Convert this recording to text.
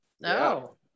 no